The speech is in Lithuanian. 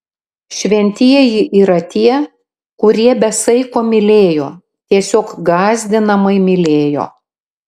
šventieji yra tie kurie be saiko mylėjo tiesiog gąsdinamai mylėjo